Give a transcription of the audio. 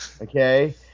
okay